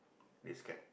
they scared